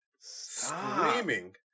screaming